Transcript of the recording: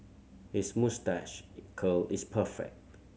his moustache curl is perfect